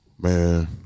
man